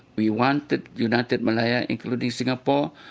we wanted united malaya including singapore,